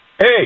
Hey